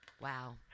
Wow